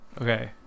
okay